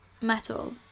metal